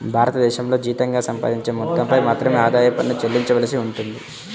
భారతదేశంలో జీతంగా సంపాదించే మొత్తంపై మాత్రమే ఆదాయ పన్ను చెల్లించవలసి ఉంటుంది